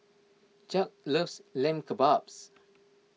Chuck loves Lamb Kebabs